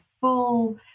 full